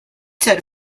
said